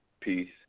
peace